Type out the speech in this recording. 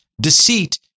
Deceit